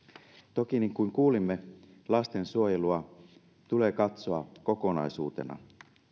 toki niin kuin kuulimme lastensuojelua tulee katsoa kokonaisuutena